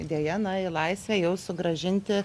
deja na į laisvę jau sugrąžinti